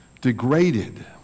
degraded